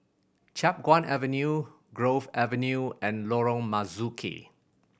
Chiap Guan Avenue Grove Avenue and Lorong Marzuki